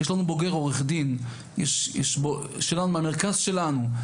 יש לנו בוגר עורך דין מהמרכז שלנו.